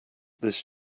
this